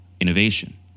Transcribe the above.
innovation